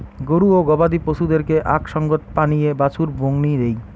গরু ও গবাদি পছুদেরকে আক সঙ্গত পানীয়ে বাছুর বংনি দেই